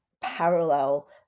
parallel